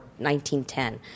1910